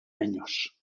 años